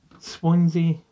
Swansea